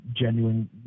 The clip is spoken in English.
genuine